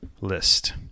list